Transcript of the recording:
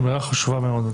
אמירה חשובה מאוד.